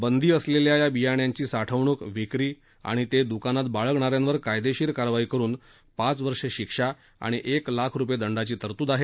बंदी असलेल्या या बियाण्यांची साठवणूक विक्री आणि ते दुकानात बाळगणाऱ्यांवर कायदेशीर कारवाई करुन पाच वर्षे शिक्षा आणि एक लाख रुपये दंडाची तरतूद आहे